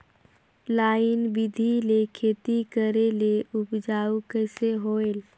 Line बिधी ले खेती करेले उपजाऊ कइसे होयल?